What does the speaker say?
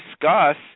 discuss